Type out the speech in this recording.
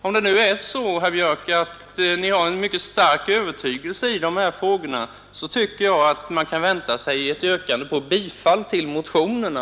Om det nu är så, herr Björck, att man har en mycket stark övertygelse i dessa frågor tycker jag att man kan vänta sig ett yrkande om bifall till motionerna.